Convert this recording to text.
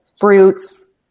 fruits